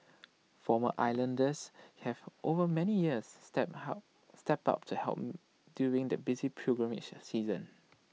former islanders have over many years stepped help stepped up to help during the busy pilgrimage season